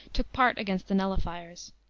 took part against the nullifiers.